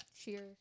Cheers